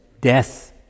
Death